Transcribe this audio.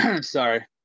Sorry